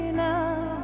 now